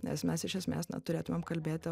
nes mes iš esmės na turėtumėm kalbėti